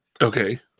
Okay